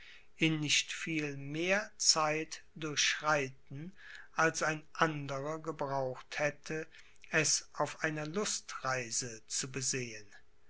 in nicht viel mehr zeit durchschreiten als ein anderer gebraucht hätte es auf einer lustreise zu besehen